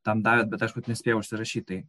tam davėt bet aš nespėjau užsirašyt tai